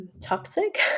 Toxic